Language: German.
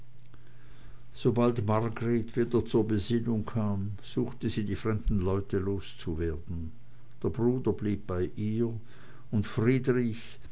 sobald margreth wieder zur besinnung kam suchte sie die fremden leute loszuwerden der bruder blieb bei ihr und friedrich